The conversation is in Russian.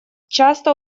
часто